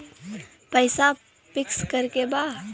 पैसा पिक्स करके बा?